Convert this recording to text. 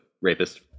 rapist